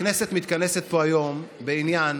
הכנסת מתכנסת פה היום בעניין